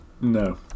no